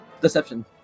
Deception